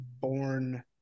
born